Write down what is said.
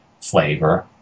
flavor